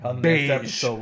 beige